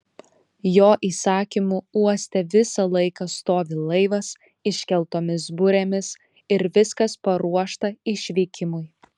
jo įsakymu uoste visą laiką stovi laivas iškeltomis burėmis ir viskas paruošta išvykimui